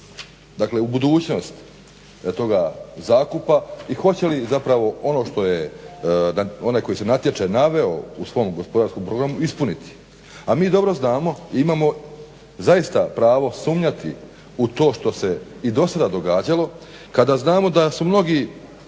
sumnju u budućnost toga zakupa i hoće li zapravo ono što je onaj koji se natječe naveo u svom gospodarskom programu ispuniti. A mi dobro znamo i imamo zaista pravo sumnjati u to što se i dosada događalo kada znamo da su mnogi